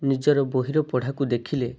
ନିଜର ବହିର ପଢ଼ାକୁ ଦେଖିଲେ